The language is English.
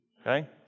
okay